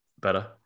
better